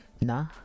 Nah